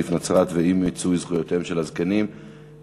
סניף נצרת ואי-מיצוי זכויותיהם של הזקנים,